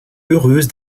heureuse